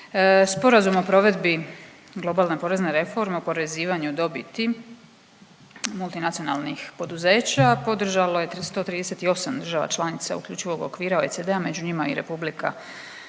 Sporazum o provedbi globalne porezne reforme oporezivanju dobiti multinacionalnih poduzeća podržalo je 138 država članica uključivog okvira OECD-a među njima i RH i